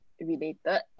related